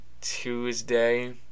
Tuesday